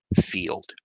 field